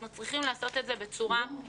אנחנו צריכים לעשות את זה בצורה מחושבת,